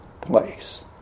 place